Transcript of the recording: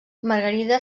margarida